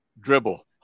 Dribble